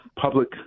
public